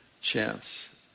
chance